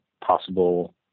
possible